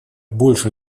больше